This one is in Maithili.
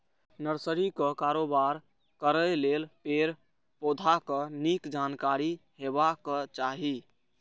नर्सरीक कारोबार करै लेल पेड़, पौधाक नीक जानकारी हेबाक चाही